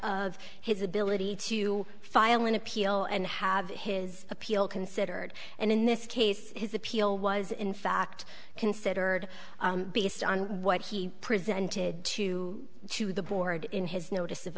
of his ability to file an appeal and have his appeal considered and in this case his appeal was in fact considered based on what he presented to to the board in his notice of